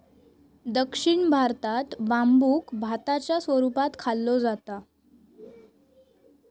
दक्षिण भारतात बांबुक भाताच्या स्वरूपात खाल्लो जाता